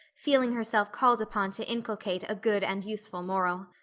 feeling herself called upon to inculcate a good and useful moral.